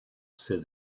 said